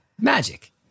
magic